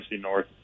North